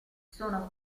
sono